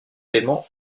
paiement